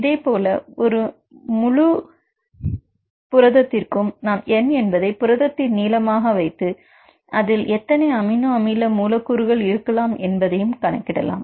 இதேபோல ஒரு முழுவதற்கும் நாம் n என்பதை புரதத்தின் நீளமாக வைத்து அதில் எத்தனை அமினோ அமில மூலக்கூறுகள் இருக்கலாம் என்பதையும் கணக்கிடலாம்